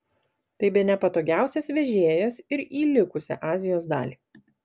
tai bene patogiausias vežėjas ir į likusią azijos dalį